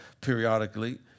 periodically